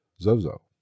Zozo